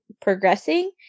progressing